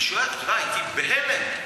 אני שואל, הייתי בהלם.